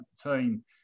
team